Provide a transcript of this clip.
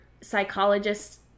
psychologists